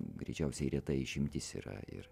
greičiausiai reta išimtis yra ir